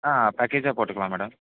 ஆ பேக்கேஜாக போட்டுக்கலாம் மேடம்